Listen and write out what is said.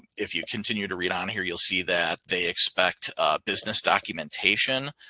if you continue to read on here, you'll see that they expect business documentation.